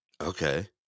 Okay